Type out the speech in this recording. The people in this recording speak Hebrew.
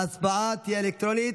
ההצבעה תהיה אלקטרונית.